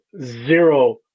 zero